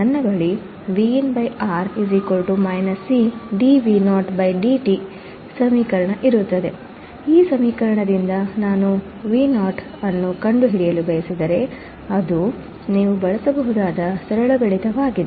ನನ್ನ ಬಳಿ ಇರುತ್ತದೆ ಈ ಸಮೀಕರಣದಿಂದ ನಾನು Vo ಅನ್ನು ಕಂಡುಹಿಡಿಯಲು ಬಯಸಿದರೆ ಇದು ನಾವು ಬಳಸಬಹುದಾದ ಸರಳ ಗಣಿತವಾಗಿದೆ